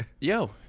Yo